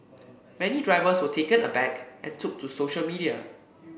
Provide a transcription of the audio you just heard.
many drivers were taken aback and took to social media